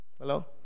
Hello